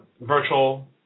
virtual